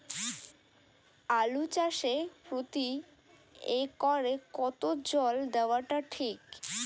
আলু চাষে প্রতি একরে কতো জল দেওয়া টা ঠিক?